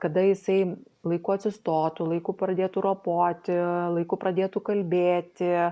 kada jisai laiku atsistotų laiku pradėtų ropoti laiku pradėtų kalbėti